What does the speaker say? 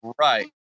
Right